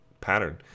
pattern